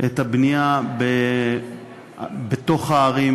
את הבנייה בתוך הערים,